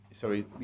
sorry